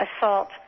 assault